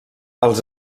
els